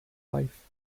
life